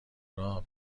راه